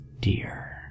dear